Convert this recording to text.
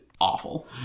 awful